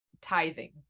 tithing